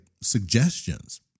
suggestions